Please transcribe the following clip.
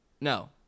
No